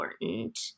important